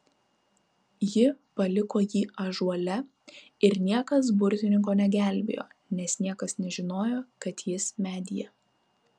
ji paliko jį ąžuole ir niekas burtininko negelbėjo nes niekas nežinojo kad jis medyje